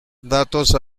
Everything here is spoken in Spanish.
datos